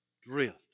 Drift